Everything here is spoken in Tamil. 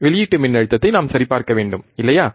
வெளியீட்டு மின்னழுத்தத்தை நாம் சரிபார்க்க வேண்டும் இல்லையா